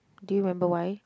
do you remember why